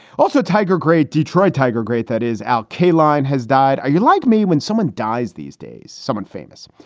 also, tiger gray. detroit tiger. great, that is alkaline has died. are you like me when someone dies these days? someone famous.